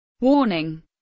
Warning